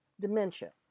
dementia